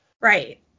Right